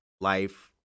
life